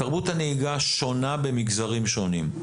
תרבות הנהיגה שונה במגזרים שונים,